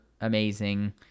amazing